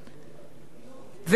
וכפי שאמרתי,